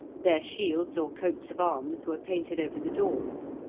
their shields, or coats of arms, were painted over the doors.